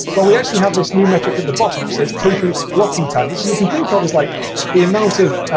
well, we actually have this new metric at the bottom, which says total blocking time, which you can think of as like the amount of